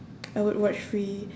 I would watch free